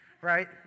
right